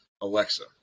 Alexa